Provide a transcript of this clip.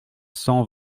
cent